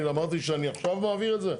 אני אמרתי שאני עכשיו מעביר את זה?